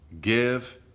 give